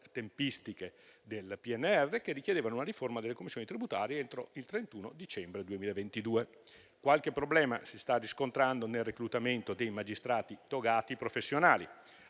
tempistiche del PNR, che richiedevano una riforma delle commissioni tributarie entro il 31 dicembre 2022. Qualche problema si sta riscontrando nel reclutamento dei magistrati togati professionali.